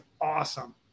awesome